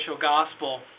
gospel